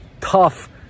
tough